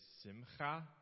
simcha